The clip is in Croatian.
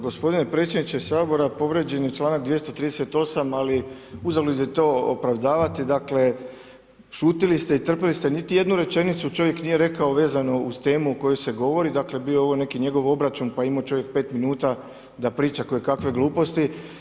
Gospodine predsjedniče Sabora, povrijeđen je članak 238. ali uzalud je to opravdavati, dakle šutili ste i trpili ste, niti jednu rečenicu čovjek nije rekao vezano uz temu o kojoj se govori, dakle bio je ovo neki njegov obračun pa je imao čovjek 5 minuta da priča kojekakve gluposti.